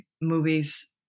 movies